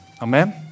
Amen